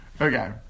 Okay